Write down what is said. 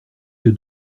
que